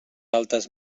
altes